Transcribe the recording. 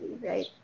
right